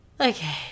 Okay